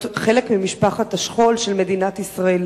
להיות חלק ממשפחת השכול של מדינת ישראל.